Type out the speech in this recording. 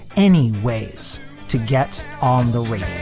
any ways to get on the way?